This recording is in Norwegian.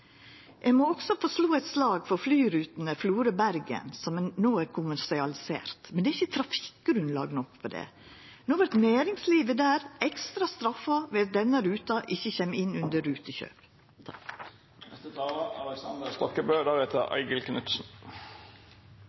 Eg må også få slå eit slag for flyruta Florø–Bergen, som no er kommersialisert. Men det er ikkje nok trafikkgrunnlag. No vert næringslivet der ekstra straffa ved at denne ruta ikkje kjem inn under rutekjøp.